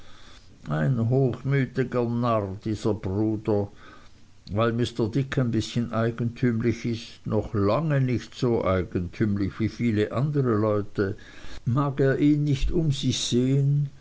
ein hochmütiger narr dieser bruder weil mr dick ein bißchen eigentümlich ist noch lange nicht so eigentümlich wie viele andere leute mag er ihn nicht um sich sehen